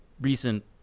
recent